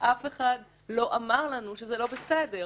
אף אחד לא אמר לנו שזה לא בסדר,